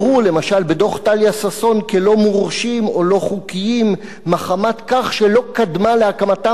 כלא-מורשים או לא חוקיים מחמת כך שלא קדמה להקמתם החלטת ממשלה רשמית,